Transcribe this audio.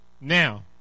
now